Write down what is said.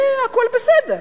זה הכול בסדר?